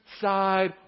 side